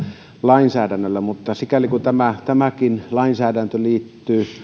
lainsäädännöllä mutta sikäli kun tämäkin lainsäädäntö liittyy